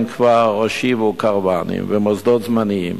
כבר הושיבו קרוונים ומוסדות זמניים.